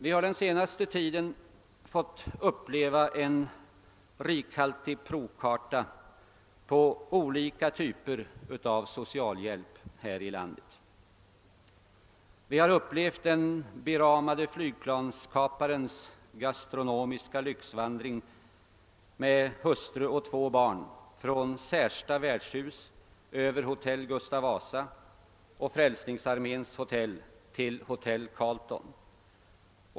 Vi har under den senaste tiden fått se en rikhaltig provkarta på olika typer av socialhjälp här i landet. Vi har upplevt den beryktade flygplanskaparens gastronomiska lyxvandring med hustru och två barn från Särsta värdshus över Hoteil Gustav-Vasa och Frälsningsarméns Hotell till Hotel Carlton.